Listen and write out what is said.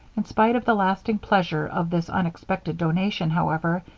in spite of the lasting pleasure of this unexpected donation, however,